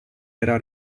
era